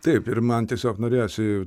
taip ir man tiesiog norėjosi